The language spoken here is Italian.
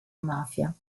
mafia